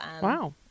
Wow